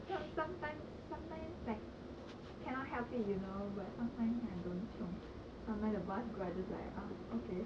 ah okay lah some sometimes sometimes like cannot help it you know but sometimes I don't chiong